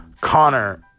Connor